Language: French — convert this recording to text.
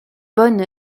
bonne